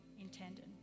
intended